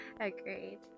Agreed